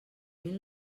mil